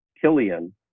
Killian